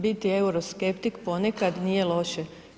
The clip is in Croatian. Biti euroskeptik ponekad nije loše.